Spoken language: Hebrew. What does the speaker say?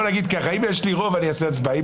בוא נגיד ככה: אם יש לי רוב אני אעשה הצבעה,